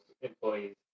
employees